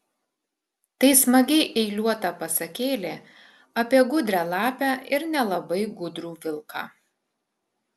tai smagiai eiliuota pasakėlė apie gudrią lapę ir nelabai gudrų vilką